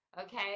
okay